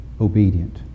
obedient